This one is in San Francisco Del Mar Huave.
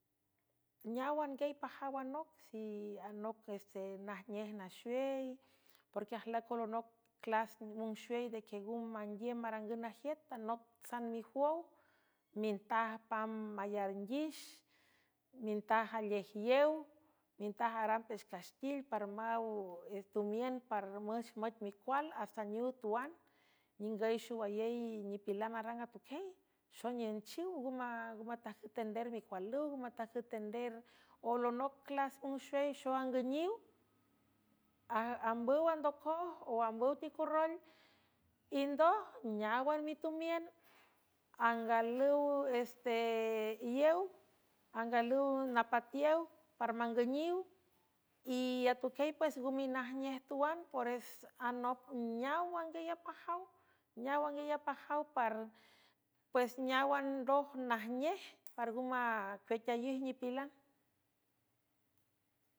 Neáwan guiey pajaw anoc si anoc este najnej naxuey porque ajlüic olonoc clas unxuey ndequienga manguiüm marangüw najiüt tanoc tsan mijuow mintaj pam mayarnguix mintaj alej yew mintaj aram pex castil parawtumiün parmünch moic micual astanow tuan ningüy xowayey nipilan arang atuquiey xonünchiw nngo matajcüw ender micualüw ng meatajcüw ender olonoc clas unxwey xo angüniw ambüw andocoj o ambüw ticorrol indoj neáwan mitumiün angalüwesteyw angalüw napatiew parmangüniw y atuquiey pues ngu minajnej tuan pres nop neaw anguiay apajaw neaw anguiey apajaw pues neáwanroj najnej par ng macuequayej nipilan.